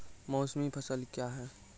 मौसमी फसल क्या हैं?